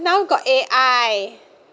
now got A_I